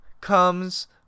comes